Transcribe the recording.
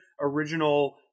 original